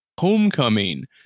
Homecoming